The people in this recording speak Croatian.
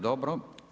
Dobro.